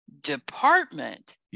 department